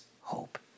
hope